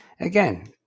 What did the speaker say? again